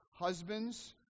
Husbands